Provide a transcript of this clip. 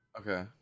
Okay